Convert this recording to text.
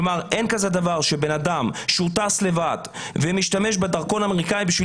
אין כזה דבר שבן אדם שהוא טס לבד ומשתמש בדרכון האמריקאי בשביל